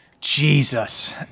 Jesus